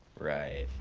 right.